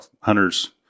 hunters